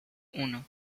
uno